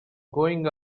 going